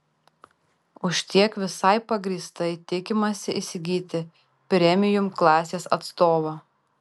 už tiek visai pagrįstai tikimasi įsigyti premium klasės atstovą